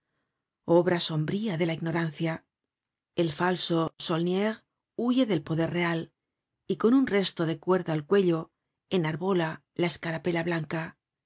obra sombría de la ignorancia el falso saulniers huye del poder real y con un resto de cuerda al cuello enarbola la escarapela blanca